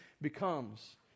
becomes